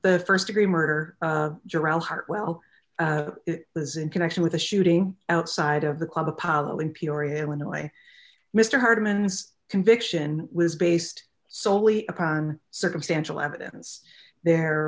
the st degree murder well it was in connection with the shooting outside of the club apollo in peoria illinois mr hartman's conviction was based solely upon circumstantial evidence there